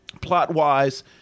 Plot-wise